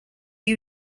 you